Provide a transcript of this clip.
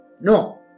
No